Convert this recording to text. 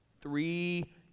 Three